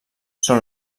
són